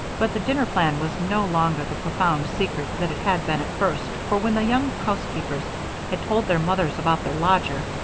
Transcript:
but the dinner plan was no longer the profound secret that it had been at first, for when the young housekeepers had told their mothers about their lodger,